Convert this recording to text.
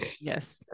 yes